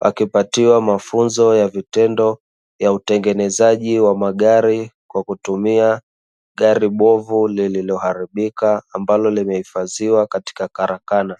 wakipatiwa mafunzo ya vitendo utengenezaji wa magari kwa kutumia gari bovu lililoharibika, lililohifadhiwa katika karakana.